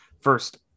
first